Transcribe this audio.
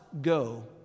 go